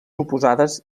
oposades